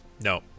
No